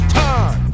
time